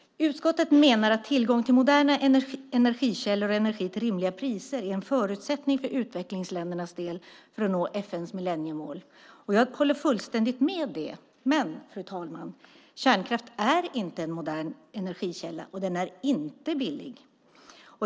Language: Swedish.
Utskottet menar att tillgång till moderna energikällor och energi till rimliga priser är en förutsättning för utvecklingsländernas del för att nå FN:s millenniemål. Jag håller fullständigt med om det, men, fru talman, kärnkraft är inte en modern energikälla, och den är inte billig.